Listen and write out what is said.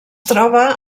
troba